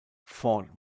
ford